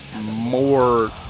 more